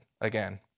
again